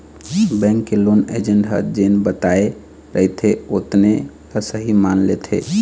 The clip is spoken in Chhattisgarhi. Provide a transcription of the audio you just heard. बेंक के लोन एजेंट ह जेन बताए रहिथे ओतने ल सहीं मान लेथे